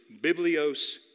Biblios